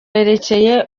yerekeye